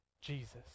Jesus